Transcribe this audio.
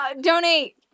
Donate